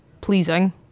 pleasing